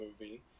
movie